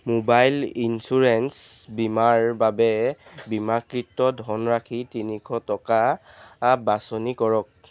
mobile insurance বীমাৰ বাবে বীমাকৃত ধনৰাশি তিনিশ টকা বাছনি কৰক